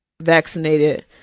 vaccinated